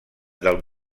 del